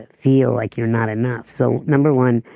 ah feel like you're not enough. so number one,